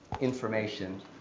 information